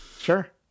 Sure